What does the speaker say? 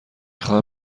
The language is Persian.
خواهم